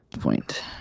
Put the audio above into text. point